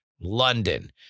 London